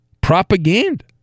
propaganda